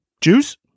Juice